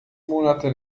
monate